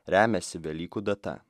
remiasi velykų data